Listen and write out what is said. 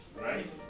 right